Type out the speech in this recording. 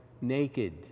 naked